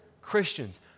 Christians